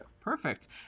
Perfect